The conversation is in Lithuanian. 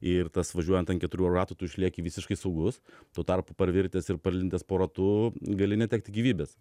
ir tas važiuojant ant keturių ratų tu išlieki visiškai saugus tuo tarpu parvirtęs ir palindęs po ratu gali netekti gyvybės